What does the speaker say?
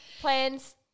plans